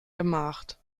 gemacht